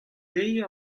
deiz